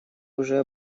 уже